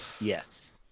Yes